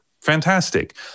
Fantastic